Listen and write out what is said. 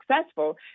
successful